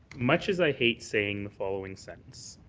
much as i hate saying the following sentence